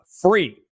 free